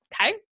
Okay